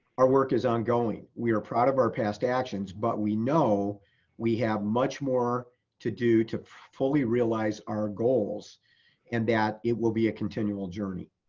our work is ongoing. we are proud of our past actions, but we know we have much more to do to fully realize our goals and that it will be a continual journey.